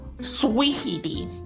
Sweetie